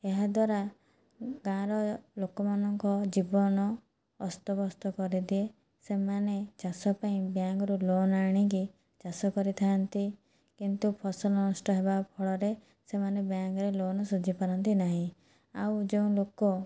ଏହାଦ୍ଵାରା ଗାଁର ଲୋକମାନଙ୍କର ଜୀବନ ଅସ୍ତ ବ୍ୟସ୍ତ କରିଦିଏ ସେମାନେ ଚାଷ ପାଇଁ ବ୍ୟାଙ୍କରୁ ଲୋନ ଆଣିକି ଚାଷ କରିଥାନ୍ତି କିନ୍ତୁ ଫସଲ ନଷ୍ଟ ହବା ଫଳରେ ସେମାନେ ବ୍ୟାଙ୍କ ଲୋନ ଶୁଝି ପାରନ୍ତି ନାହିଁ ଆଉ ଯେଉଁ ଲୋକ